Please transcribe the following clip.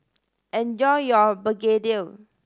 enjoy your begedil